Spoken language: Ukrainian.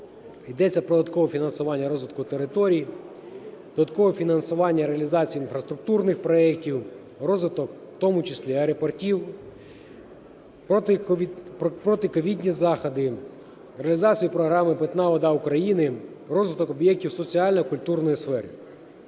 Йдеться про додаткове фінансування розвитку територій, додаткове фінансування реалізації інфраструктурних проектів, розвиток в тому числі аеропортів, протиковідні заходи, реалізація програми "Питна вода України", розвиток об'єктів соціальної і культурної сфери.